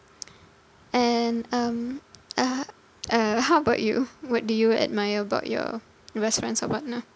and um uh uh how about you what do you admire about your best friends or partner